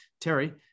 Terry